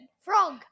Frog